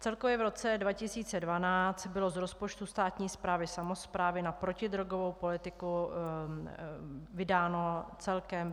Celkově v roce 2012 bylo z rozpočtu státní správy, samosprávy na protidrogovou politiku vydáno celkem 587,3 mil. Kč.